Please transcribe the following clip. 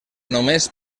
només